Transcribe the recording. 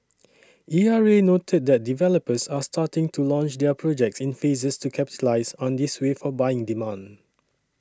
E R A noted that developers are starting to launch their projects in phases to capitalise on this wave for buying demand